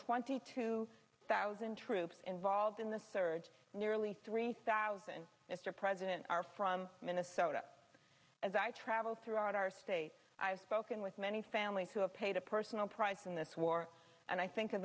twenty two thousand troops involved in the surge nearly three thousand it's our president our from minnesota as i travel throughout our state i've spoken with many families who have paid a personal price in this war and i think of